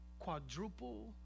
Quadruple